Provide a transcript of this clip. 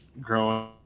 growing